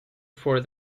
for